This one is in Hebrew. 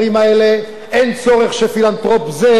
אין צורך שפילנתרופ זה או קרן זו,